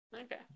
Okay